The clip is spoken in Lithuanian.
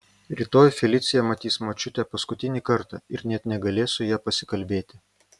rytoj felicija matys močiutę paskutinį kartą ir net negalės su ja pasikalbėti